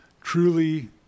truly